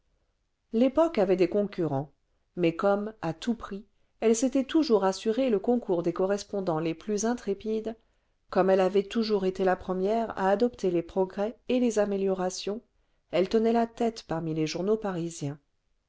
u époque avait des concurrents mais comme à tout prix elle s'était toujours assuré le concours des correspondants les plus intrépides comme elle avait toujours été la première à adopter les progrès et les améliorations eue tenait la tête parmi les journaux parisiens